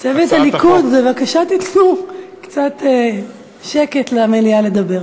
צוות הליכוד, בבקשה, תיתנו קצת שקט למליאה לדבר.